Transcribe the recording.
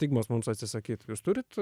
stigmos mums atsisakyt jūs turit